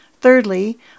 Thirdly